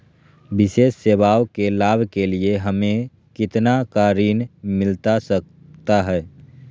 विशेष सेवाओं के लाभ के लिए हमें कितना का ऋण मिलता सकता है?